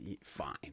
fine